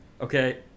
okay